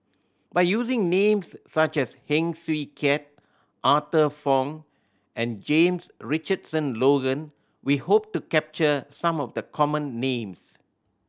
by using names such as Heng Swee Keat Arthur Fong and James Richardson Logan we hope to capture some of the common names